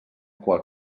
qual